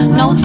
no